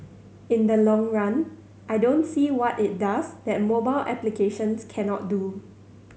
in the long run I don't see what it does that mobile applications cannot do